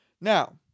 Now